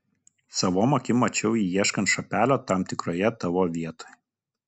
savom akim mačiau jį ieškant šapelio tam tikroje tavo vietoj